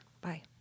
bye